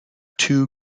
two